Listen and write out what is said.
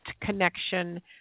connection